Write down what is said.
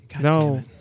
no